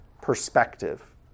perspective